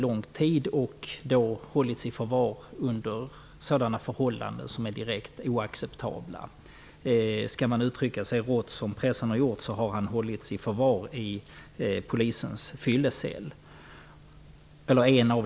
Personen har hållits i förvar under förhållanden som är direkt oacceptabla. Skall man uttrycka sig lika rått som pressen har gjort kan man säga att han har hållits i förvar i en av polisens fylleceller.